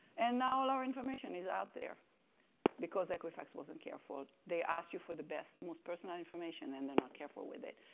and now all our information is out there because equifax wasn't careful. they ask you for the best, most personal information, and they're not careful with it.